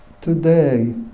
today